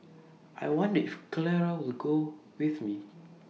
I wonder if Clara will go with me